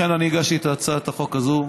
לכן, אני הגשתי את הצעת החוק הזאת,